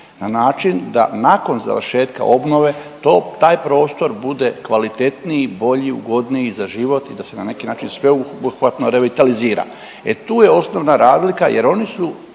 na način da nakon završetka obnove to, taj prostor bude kvalitetniji, bolji, ugodniji za život i da se na neki način sveobuhvatno revitalizira. E tu je osnovna razlika jer oni su